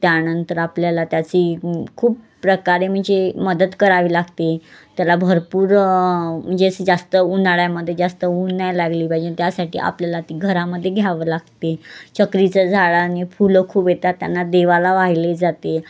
त्यानंतर आपल्याला त्याची खूप प्रकारे म्हणजे मदत करावी लागते त्याला भरपूर म्हणजे असं जास्त उन्हाळ्यामध्ये जास्त ऊन नाही लागली पाहिजे त्यासाठी आपल्याला ती घरामध्ये घ्यावं लागते चक्रीचं झाडांनी फुलं खूप येतात त्यांना देवाला वाहिले जाते